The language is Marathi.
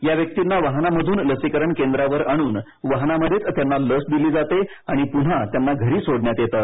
या व्यक्तींना वाहनामधून लसीकरण केंद्रावर आणून वाहनामधेच त्यांना लस दिली जाते आणि पुन्हा त्यांना घरी सोडण्यात येतं